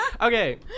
Okay